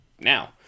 now